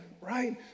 Right